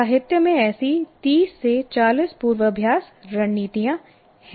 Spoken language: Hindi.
साहित्य में ऐसी 30 40 पूर्वाभ्यास रणनीतियाँ हैं